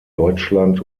deutschland